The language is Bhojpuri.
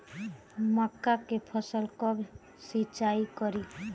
मका के फ़सल कब सिंचाई करी?